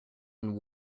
and